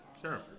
Sure